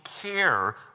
care